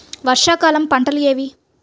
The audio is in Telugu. వర్షాకాలం పంటలు ఏవి?